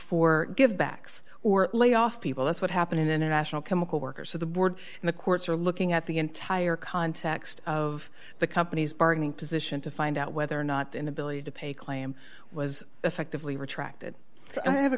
for give backs or lay off people that's what happened in a national chemical worker so the board and the courts are looking at the entire context of the company's bargaining position to find out whether or not the inability to pay a claim was effectively retracted so i have a